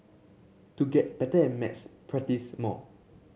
to get better at maths practise more